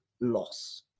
loss